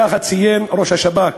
כך ציין ראש השב"כ.